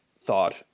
Thought